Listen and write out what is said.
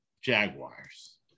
Jaguars